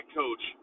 coach